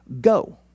go